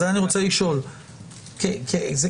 את זה אני רוצה לשאול כי תראו,